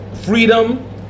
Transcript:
freedom